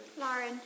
Lauren